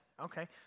okay